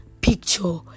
picture